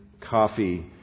coffee